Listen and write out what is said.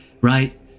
right